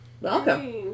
Welcome